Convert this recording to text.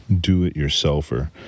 do-it-yourselfer